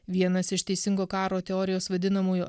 vienas iš teisingo karo teorijos vadinamųjų